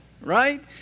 Right